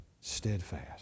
steadfast